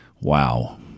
wow